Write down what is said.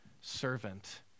servant